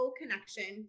connection